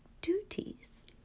duties